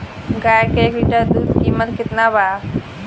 गाय के एक लीटर दूध कीमत केतना बा?